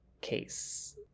case